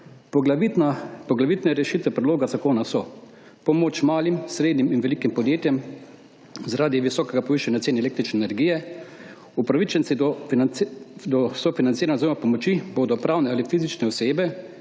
Poglavitne rešitve predloga zakona so: pomoč malim, srednjim in velikim podjetjem zaradi visokega povišanja cen električne energije. Upravičenci do sofinanciranja oziroma pomoči bodo pravne ali fizične osebe,